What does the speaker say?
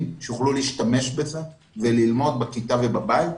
שיוכלו להשתמש בזה וללמוד בכיתה ובבית.